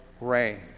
rain